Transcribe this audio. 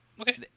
Okay